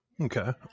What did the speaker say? Okay